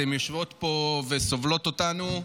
אתן יושבות פה וסובלות אותנו.